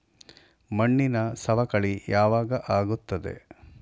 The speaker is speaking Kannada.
ಮಣ್ಣಿನ ಸವಕಳಿ ಯಾವಾಗ ಆಗುತ್ತದೆ?